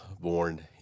born